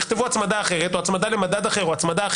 תכתבו "הצמדה אחרת" או "הצמדה למדד אחר".